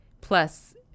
Plus